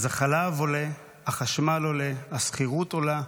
אז החלב עולה, החשמל עולה, השכירות עולה,